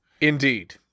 Indeed